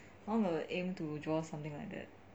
I want to aim to draw something like that